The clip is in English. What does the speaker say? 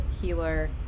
healer